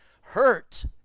hurt